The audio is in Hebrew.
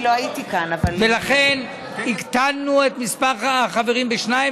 ולכן הקטנו את מספר החברים בשניים,